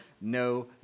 no